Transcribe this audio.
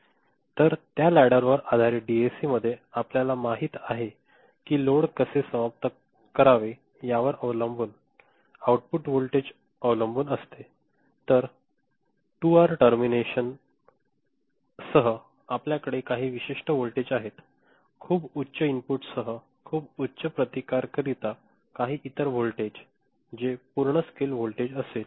तर त्या लॅडरवर आधारित डीएसी मध्ये आपल्याला माहित आहे की लोड कसे समाप्त करावे यावर अवलंबून आउटपुट व्होल्टेज अवलंबून असते तर 2 आर टर्मिनेशनसह आपल्याकडे काही विशिष्ट व्होल्टेज आहे खूप उच्च इनपुटसह खूप उच्च प्रतिकार करिता काही इतर व्होल्टेज जे पूर्ण स्केल व्होल्टेज असेल